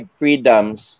freedoms